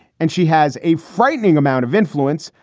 and she has a frightening amount of influence,